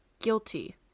guilty